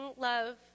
love